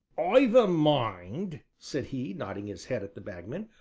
i've a mind, said he, nodding his head at the bagman,